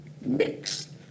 mix